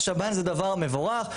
השב"ן זה דבר מבורך,